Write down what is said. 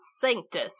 sanctus